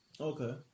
Okay